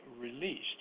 released